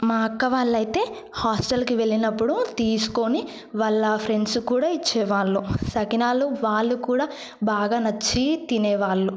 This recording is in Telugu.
మా అక్క వాళ్ళైతే హాస్టల్కి వెళ్ళినప్పుడు తీసుకుని వాళ్ళ ఫ్రెండ్స్ కూడా ఇచ్చేవాళ్ళు సకినాలు వాళ్లు కూడా బాగా నచ్చి తినేవాళ్లు